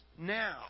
now